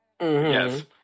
Yes